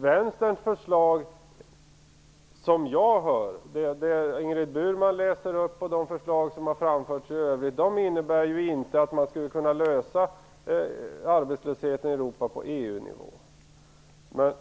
Vänsterns förslag - som jag uppfattar dem utifrån vad Ingrid Burman läser upp och de förslag som har framförts i övrigt - innebär ju inte att man skulle kunna lösa problemet med arbetslösheten i Europa på EU nivå.